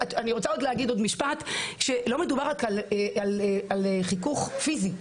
לא מדובר רק על חיכוך פיזי.